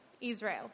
Israel